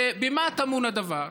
ובמה טמון הדבר?